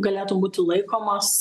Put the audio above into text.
galėtų būti laikomas